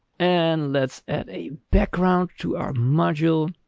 and let's add a background to our module.